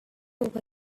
over